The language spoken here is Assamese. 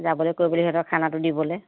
যাবলৈ কৰিবলৈ সিহঁতক খানাটো দিবলৈ